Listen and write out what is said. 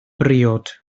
briod